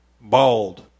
bald